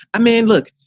i mean, look,